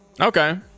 Okay